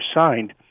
signed